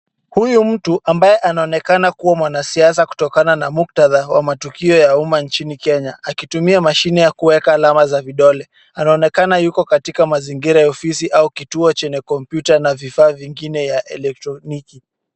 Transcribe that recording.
Huyu mtu ambaye anaonekana kuwa mwanasiasa kutokana na muktadha wa matukio ya umma nchini Kenya, akitumia mashine ya kuweka alama za vidole. Anaonekana yuko katika mazingira ya ofisi au kituo chenye kompyuta na vifaa vingine ya elektroniki.